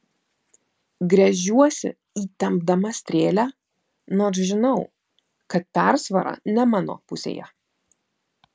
gręžiuosi įtempdama strėlę nors žinau kad persvara ne mano pusėje